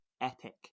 epic